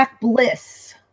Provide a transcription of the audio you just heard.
Bliss